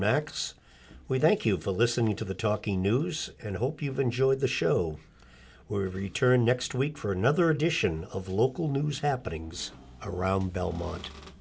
we thank you for listening to the talking news and hope you've enjoyed the show we're return next week for another edition of local news happening around bel